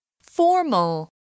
Formal